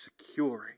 securing